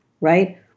right